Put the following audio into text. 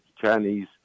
Chinese